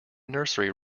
nursery